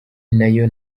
nayo